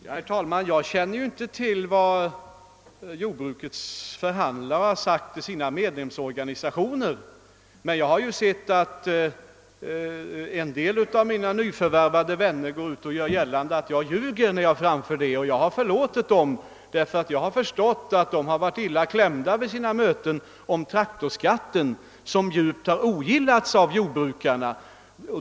Herr talman! Jag känner inte till vad jordbrukets förhandlare har sagt till sina medlemsorganisationer, men jag har lagt märke till att en del av mina nyförvärvade vänner gjort gällande att jag ljuger. Jag har förlåtit dem, eftersom jag har förstått att de vid sina möten har varit illa klämda i fråga om traktorskatten, som djupt har ogillats av medlemmarna.